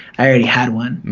i already had one.